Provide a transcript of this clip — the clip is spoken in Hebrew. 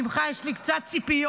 ממך יש לי קצת ציפיות,